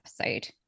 episode